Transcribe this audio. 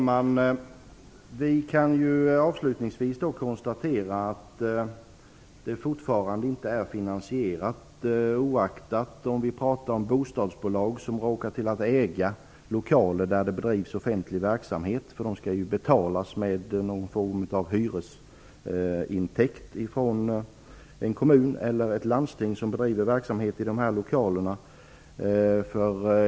Herr talman! Avslutningsvis kan det konstateras att det hela fortfarande är ofinansierat; detta oaktat om vi pratar om bostadsbolag som råkar äga lokaler där det bedrivs offentlig verksamhet. De skall ju betalas i form av en sorts hyresintäkt från den kommun eller det landsting som bedriver verksamhet i lokalerna.